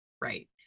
Right